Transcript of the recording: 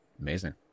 Amazing